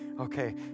Okay